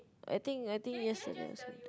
I think I think yes